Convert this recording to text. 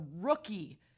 rookie